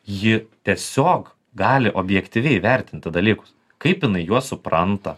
ji tiesiog gali objektyviai įvertinti dalykus kaip jinai juos supranta